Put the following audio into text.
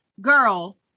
girl